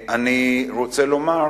אני רוצה לומר,